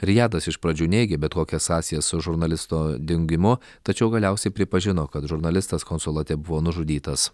rijadas iš pradžių neigė bet kokias sąsajas su žurnalisto dingimu tačiau galiausiai pripažino kad žurnalistas konsulate buvo nužudytas